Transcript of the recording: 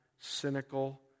cynical